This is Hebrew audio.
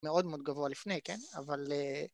מאוד מאוד גבוה לפני כן, אבל